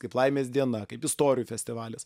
kaip laimės diena kaip istorijų festivalis